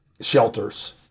shelters